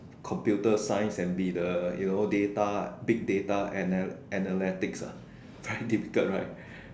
computer science and be the you know data big data anal~ analytics ah very difficult right